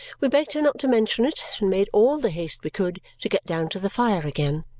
we begged her not to mention it and made all the haste we could to get down to the fire again.